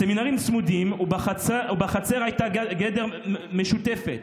הסמינרים צמודים, ובחצר הייתה בגדר משותפת.